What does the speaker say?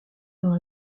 dans